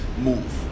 move